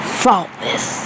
faultless